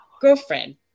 girlfriend